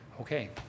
Okay